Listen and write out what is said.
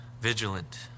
vigilant